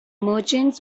merchants